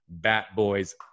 Batboys